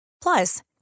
Plus